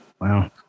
Wow